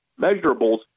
measurables